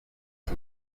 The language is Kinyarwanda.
iki